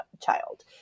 child